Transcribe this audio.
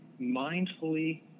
mindfully